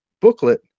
booklet